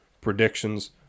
predictions